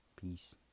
Peace